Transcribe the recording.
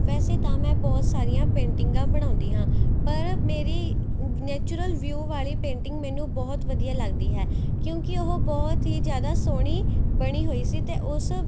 ਵੈਸੇ ਤਾਂ ਮੈਂ ਬਹੁਤ ਸਾਰੀਆਂ ਪੇਂਟਿੰਗਾਂ ਬਣਾਉਂਦੀ ਹਾਂ ਪਰ ਮੇਰੀ ਨੈਚੁਰਲ ਵਿਊ ਵਾਲੀ ਪੇਂਟਿੰਗ ਮੈਨੂੰ ਬਹੁਤ ਵਧੀਆ ਲੱਗਦੀ ਹੈ ਕਿਉਂਕਿ ਉਹ ਬਹੁਤ ਹੀ ਜ਼ਿਆਦਾ ਸੋਹਣੀ ਬਣੀ ਹੋਈ ਸੀ ਅਤੇ ਉਸ